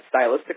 stylistically